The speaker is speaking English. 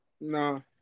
No